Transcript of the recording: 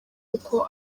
kuko